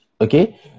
Okay